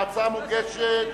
ההצעה מוגשת